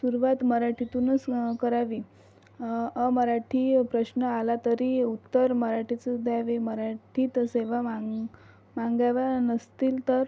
सुरूवात मराठीतूनच व्ह करावी अमराठी प्रश्न आला तरी उत्तर मराठीतच द्यावे मराठीतच सेवा मां मागाव्या नसतील तर